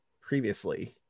previously